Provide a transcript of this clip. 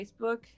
Facebook